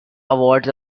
awards